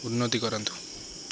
ଉନ୍ନତି କରନ୍ତୁ